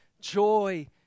joy